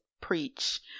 preach